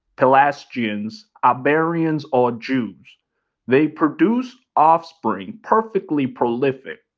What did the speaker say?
pelasgians, iberians, or jews they produce offspring perfectly prolific,